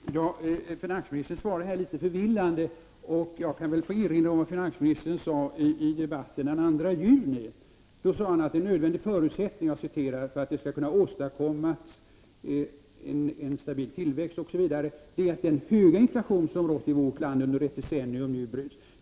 Herr talman! Finansministern svarar litet förvillande. Jag kan erinra om vad finansministern sade i debatten den 2 juni: ”En nödvändig förutsättning för att det skall kunna åstadkommas” — en stabil tillväxt osv. — ”är att den höga inflation som rått i vårt land under ett decennium nu bryts.